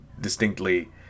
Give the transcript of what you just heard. distinctly